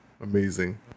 amazing